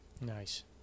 Nice